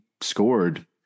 scored